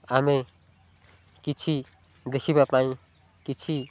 ଆମେ କିଛି ଦେଖିବା ପାଇଁ କିଛି